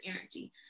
energy